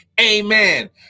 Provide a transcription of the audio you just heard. Amen